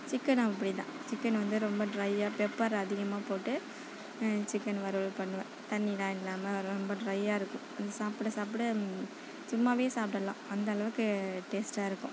சிக்கனும் அப்படி தான் சிக்கன் வந்து ரொம்ப ட்ரையாக பெப்பர் அதிகமாக போட்டு சிக்கன் வறுவல் பண்ணுவேன் தண்ணிலாம் இல்லாமல் ரொம்ப ட்ரையாக இருக்கும் அது சாப்பிட சாப்பிட சும்மாவே சாப்பிடலாம் அந்தளவுக்கு டேஸ்டாக இருக்கும்